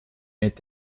mit